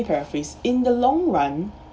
paraphrase in the long run